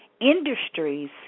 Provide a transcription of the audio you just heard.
industries